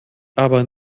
aber